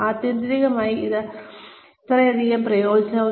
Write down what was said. ആത്യന്തികമായി ഇത് ഇതിനകം സൌജന്യമല്ലെങ്കിൽ എല്ലാം സൌജന്യമായി മാറും